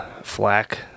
flak